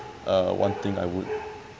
uh one thing I would